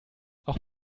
auch